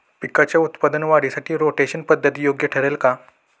पिकाच्या उत्पादन वाढीसाठी रोटेशन पद्धत योग्य ठरेल का?